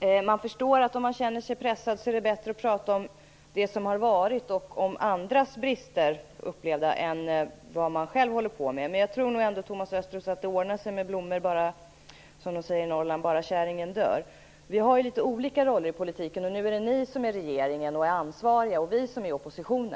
Jag förstår att om man känner sig pressad är det bättre att tala om det som har varit och om andras upplevda brister än vad man själv håller på med. Jag tror nog ändå, Thomas Östros, att det ordnar sig med blommor - som man säger i Norrland - bara käringen dör. Vi har litet olika roller inom politiken. Nu är det ni som sitter i regeringsställning och som är ansvariga och vi som sitter i opposition.